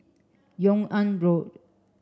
Yung An Road